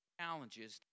challenges